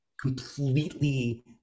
completely